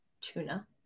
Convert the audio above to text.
Tuna